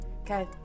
Okay